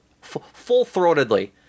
full-throatedly